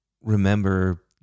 remember